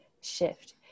shift